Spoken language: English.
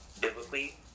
biblically